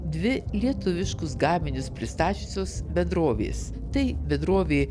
dvi lietuviškus gaminius pristačiusios bendrovės tai bendrovė